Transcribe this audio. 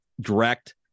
direct